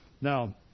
now